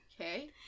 okay